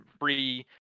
free